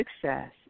success